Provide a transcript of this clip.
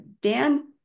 Dan